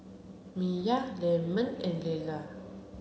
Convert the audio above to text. Miya Leamon and Leala